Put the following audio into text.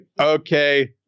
Okay